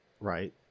right